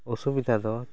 ᱚᱥᱩᱵᱤᱫᱟ ᱫᱚ